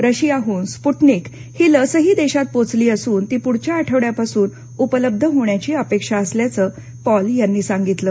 रशियाहून Sputnik ही लसही देशात पोहोचली असून ती पुढच्या आठवङ्यापासून उपलब्ध होण्याची अपेक्षा असल्याचं पॉल यांनी सांगितलं